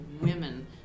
women